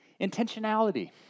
Intentionality